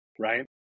right